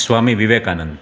Swami Vivekananda